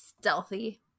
Stealthy